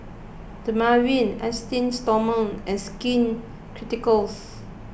Dermaveen Esteem Stoma and Skin Ceuticals